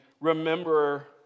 remember